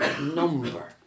number